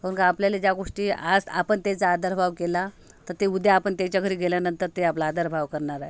काऊन का आपल्याला ज्या गोष्टी आज आपण त्याचा आदरभाव केला तर ते उद्या आपण त्याच्या घरी गेल्यानंतर ते आपला आदरभाव करणार आहे